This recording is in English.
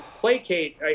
placate